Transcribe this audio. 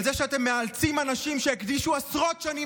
על זה שאתם מאלצים אנשים שהקדישו עשרות שנים